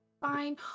Fine